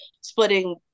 splitting